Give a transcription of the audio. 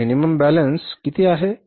तर इच्छित किमान शिल्लक किती आहे